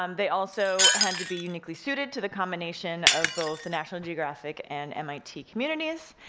um they also had to be uniquely suited to the combination of both the national geographic and mit communities,